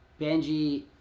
Benji